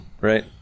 Right